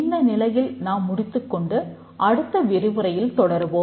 இந்த நிலையில் நாம் முடித்துக்கொண்டு அடுத்த விரிவுரையில் தொடருவோம்